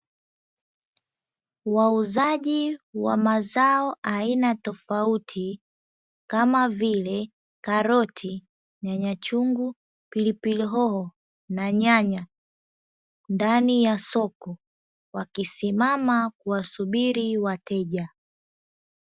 Wauzaji wa mazao aina tofauti kama vile karoti, nyanya chungu, pilipili hoho na nyanya ndani ya soko wakisimama kuwasubiri wateja.